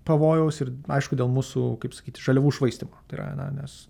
pavojaus ir aišku dėl mūsų kaip sakyti žaliavų švaistymo tai yra na nes